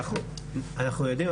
אנחנו יודעים,